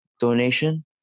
donation